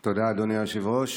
תודה, אדוני היושב-ראש.